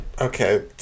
Okay